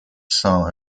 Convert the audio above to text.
saint